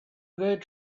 good